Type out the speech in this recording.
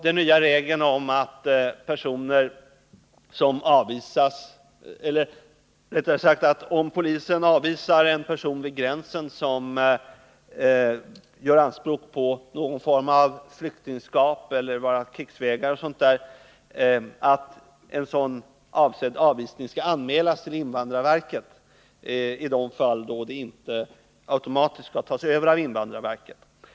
En ny regel innebär att om polisen vid gränsen avvisar en person som gör anspråk på någon form av flyktingskap, är krigsvägrare eller liknande, skall en sådan avvisning anmälas till invandrarverket i de fall som inte automatiskt skall tas över av invandrarverket.